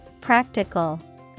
Practical